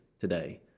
today